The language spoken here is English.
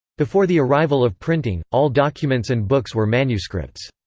before the arrival of printing, all documents and books were manuscripts.